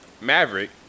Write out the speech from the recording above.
Maverick